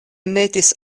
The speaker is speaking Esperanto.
metis